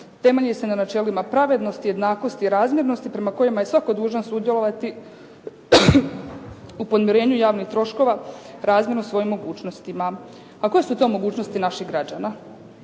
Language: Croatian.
temelji se na načelima pravednosti, jednakosti i razmjernosti prema kojima je svatko dužan sudjelovati u podmirenju javnih troškova razmjerno svojim mogućnostima.". A koje su to mogućnosti naših građana?